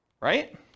right